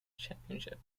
championship